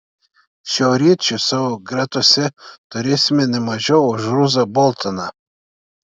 šiauriečių savo gretose turėsime ne mažiau už ruzą boltoną